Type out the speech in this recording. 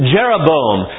Jeroboam